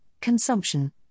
consumption